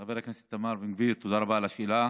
חבר הכנסת איתמר בן גביר, תודה רבה על השאלה.